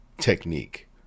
technique